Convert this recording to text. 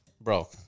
Bro